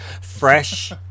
Fresh